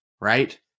right